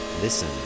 Listen